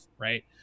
Right